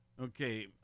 Okay